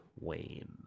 Wayne